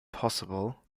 possible